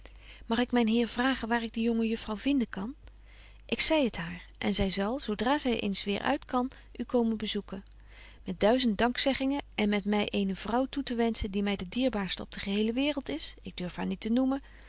mag ik myn heer vragen waar ik de jonge juffrouw vinden kan ik zei het haar en zy zal zo dra zy eens weer uit kan u komen bezoeken met duizend dankzeggingen en met my eene vrouw toe te wenschen die my de dierbaarste op de gehele betje wolff en aagje deken historie van mejuffrouw sara burgerhart waereld is ik durf haar niet noemen